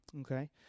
okay